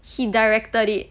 he directed it